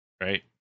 Right